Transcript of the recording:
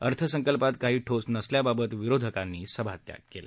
अर्थसंकल्पात काही ठोस नसल्याबाबत विरोधकांनी सभात्याग केला